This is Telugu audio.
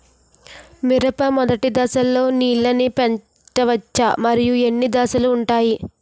మిరప మొదటి దశలో నీళ్ళని పెట్టవచ్చా? మరియు ఎన్ని దశలు ఉంటాయి?